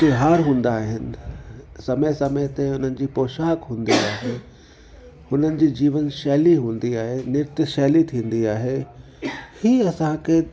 त्योहार हूंदा आहिनि समय समय ते हुननि जी पौशाक हूंदी आहे हुननि जी जीवन शैली हूंदी आहे नृत शैली थींदी आहे इहा असांखे